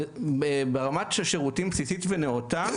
ברמה של שירותים בסיסית ונאותה,